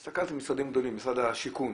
הסתכלתי על משרדים גדולים משרד השיכון,